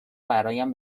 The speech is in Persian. برایم